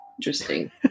Interesting